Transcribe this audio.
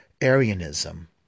Arianism